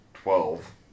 Twelve